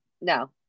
no